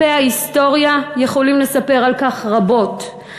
דפי ההיסטוריה יכולים לספר על כך רבות,